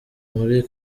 muri